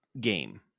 game